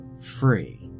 free